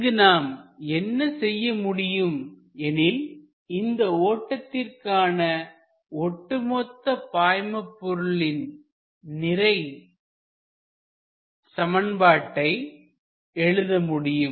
இங்கு நாம் என்ன செய்ய முடியும் எனில் இந்த ஓட்டத்திற்கான ஒட்டுமொத்த பாய்மபொருளின் நிறை சமன்பாட்டை எழுத முடியும்